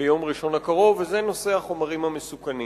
ביום ראשון הקרוב, וזה נושא החומרים המסוכנים.